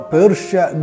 Persia